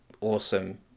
awesome